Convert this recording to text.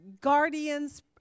guardians